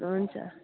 हुन्छ